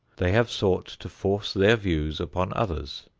they have sought to force their views upon others,